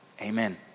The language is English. Amen